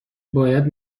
باید